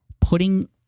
putting